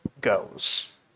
goes